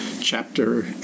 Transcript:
chapter